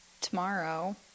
tomorrow